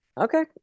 Okay